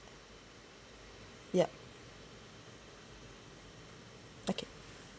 yup okay